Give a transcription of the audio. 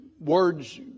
words